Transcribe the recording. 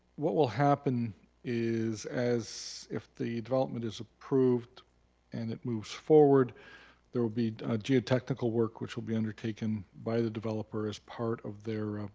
what will happen is as, if the development is approved and it moves forward there will be geo technical work which will be undertaken by the developer as part of their